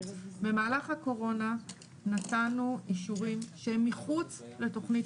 במהלך הקורונה נתנו אישורים שהם מחוץ לתוכנית